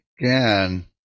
again